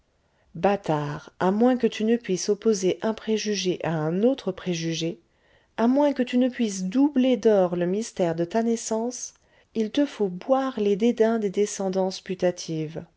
bâtard à moins que tu ne puisses opposer un préjugé à un autre préjugé à moins que tu ne puisses doubler d'or le mystère de ta naissance il te faut boire les dédains des descendances